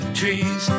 trees